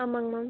ஆமாங்க மேம்